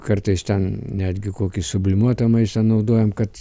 kartais ten netgi kokį sublimuotą maistą naudojam kad